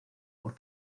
por